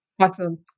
Awesome